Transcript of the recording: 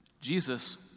Jesus